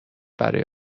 برای